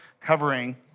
covering